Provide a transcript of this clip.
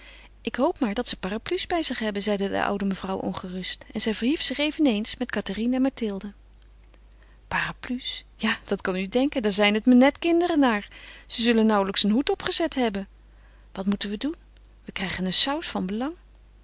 ik hoop maar dat ze parapluies bij zich hebben zeide de oude mevrouw ongerust en zij verhief zich eveneens met cathérine en mathilde parapluies ja dat kan u denken daar zijn het me net kinderen naar ze zullen nauwelijks een hoed opgezet hebben wat moeten we doen we krijgen een saus van belang